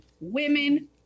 women